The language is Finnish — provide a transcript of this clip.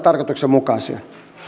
tarkoituksenmukaista